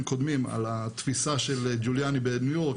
קודמים על התפיסה של ג'וליאני בניו יורק,